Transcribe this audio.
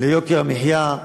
ליוקר המחיה,